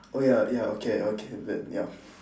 oh ya ya okay okay the ya